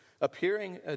appearing